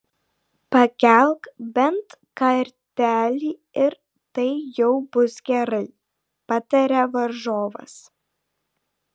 pakelk bent kartelį ir tai jau bus gerai pataria varžovas